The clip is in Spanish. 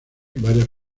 varias